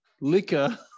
liquor